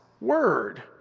word